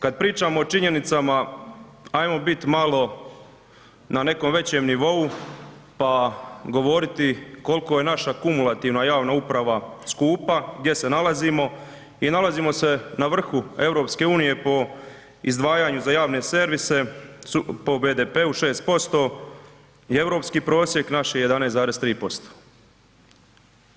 Kad pričamo o činjenicama, ajmo bit malo na nekom većem nivou pa govoriti koliko je naša kumulativna javna uprava skupa, gdje se nalazimo i nalazimo se na vrhu EU po izdvajanju za javne servise po BDP-u 6% i europski prosjek naš je 11,3%